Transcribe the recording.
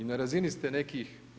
I na razini ste nekih